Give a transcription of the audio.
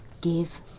Give